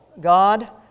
God